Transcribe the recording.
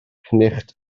cnicht